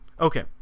Okay